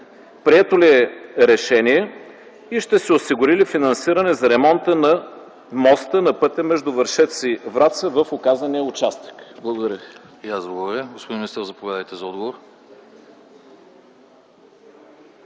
прието ли е решение и ще се осигурили финансиране за ремонта на моста на пътя между Вършец и Враца в указания участък? Благодаря